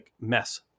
mess